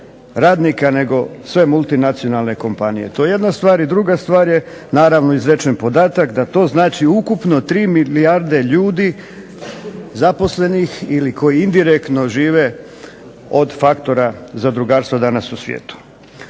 radnika nego sve multinacionalne kompanije. To je jedna stvar. I druga stvar je naravno izrečen podatak da to znači ukupno 3 milijarde ljudi zaposlenih ili koji indirektno žive od faktora zadrugarstva danas u svijetu.